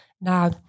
Now